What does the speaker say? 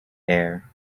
air